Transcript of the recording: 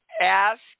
ask